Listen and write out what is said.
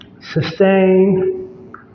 Sustain